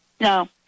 No